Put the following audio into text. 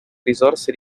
risorse